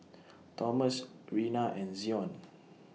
Tomas Reyna and Zion